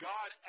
God